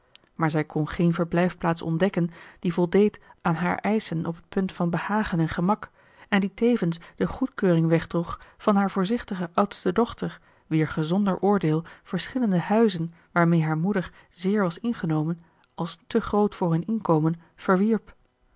maar zij kon geen verblijfplaats ontdekken die voldeed aan haar eischen op t punt van behagen en gemak en die tevens de goedkeuring wegdroeg van haar voorzichtige oudste dochter wier gezonder oordeel verschillende huizen waarmee haar moeder zeer was ingenomen als te groot voor hun inkomen verwierp